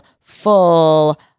full